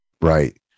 right